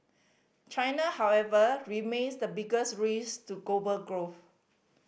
China however remains the biggest risk to growth